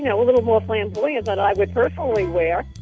yeah a little more flamboyant than i would personally wear